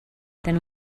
than